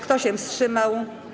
Kto się wstrzymał?